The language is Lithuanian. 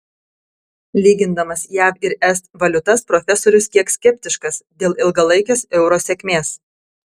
lygindamas jav ir es valiutas profesorius kiek skeptiškas dėl ilgalaikės euro sėkmės